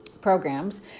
programs